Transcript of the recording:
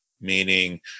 Meaning